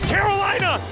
Carolina